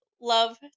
love